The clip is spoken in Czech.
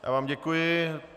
Já vám děkuji.